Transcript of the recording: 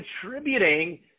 contributing